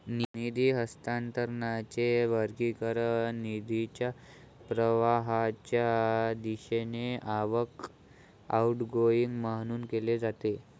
निधी हस्तांतरणाचे वर्गीकरण निधीच्या प्रवाहाच्या दिशेने आवक, आउटगोइंग म्हणून केले जाते